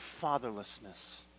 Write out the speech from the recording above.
fatherlessness